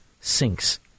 sinks